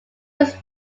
was